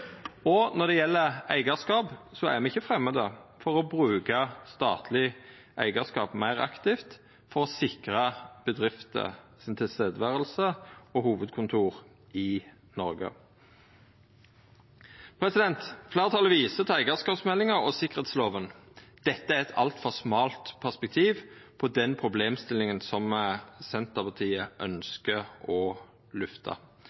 og når det gjeld eigarskap, er me ikkje framande for å bruka statleg eigarskap meir aktivt for å sikra bedrifters nærvær og hovudkontor i Noreg. Fleirtalet viser til eigarskapsmeldinga og sikkerheitsloven. Dette er eit altfor smalt perspektiv på den problemstillinga som Senterpartiet